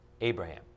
Abraham